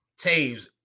Taves